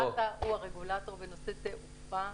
רת"ע הוא הרגולטור בנושא תעופה.